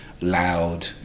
loud